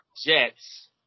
Jets